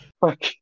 Fuck